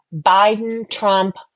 Biden-Trump